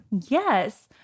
Yes